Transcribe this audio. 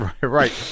right